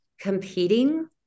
competing